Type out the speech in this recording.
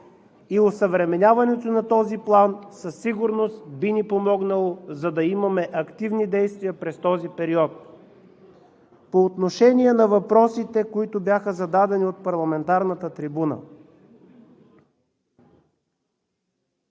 И осъвременяването на този план със сигурност би ни помогнало, за да имаме активни действия през този период. По отношение на въпросите, които бяха зададени от парламентарната трибуна.